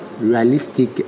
realistic